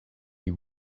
you